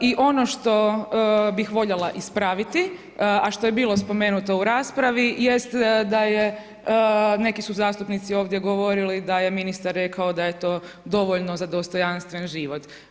I ono što bih voljela ispraviti, a što je bilo spomenuto u raspravi jest da je neki su zastupnici ovdje govorili da je ministar rekao da je to dovoljno za dostojanstven život.